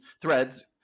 threads